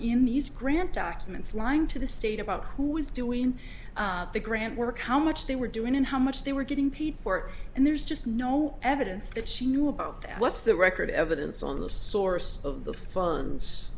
these grant documents lying to the state about who was doing the grant work how much they were doing and how much they were getting paid for and there's just no evidence that she knew about the what's the record evidence on the source of the funds